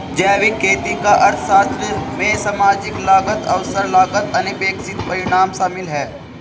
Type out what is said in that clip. जैविक खेती का अर्थशास्त्र में सामाजिक लागत अवसर लागत अनपेक्षित परिणाम शामिल है